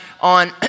on